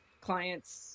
clients